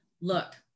look